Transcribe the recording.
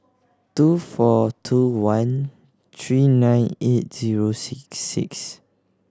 two four two one three nine eight zero six six